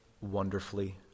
wonderfully